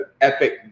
epic